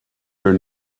your